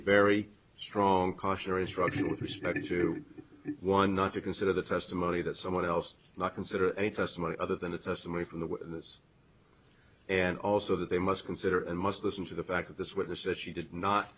very strong cautionary instruction with respect to one not to consider the testimony that someone else not consider any testimony other than the testimony from the us and also that they must consider and must listen to the facts of this witness that she did not